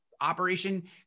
operation